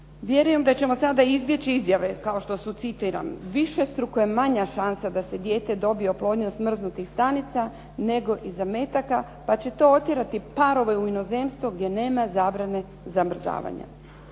Vjerujem da ćemo sada izbjeći izjave kao što su citiram višestruko je manja šansa da se dijete dobije oplodnjom smrznutih stanica nego zametaka pa će to otjerati parove u inozemstvo gdje nema zabrane zamrzavanja.